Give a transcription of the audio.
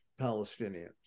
Palestinians